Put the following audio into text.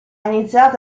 iniziato